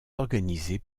organisées